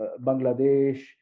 Bangladesh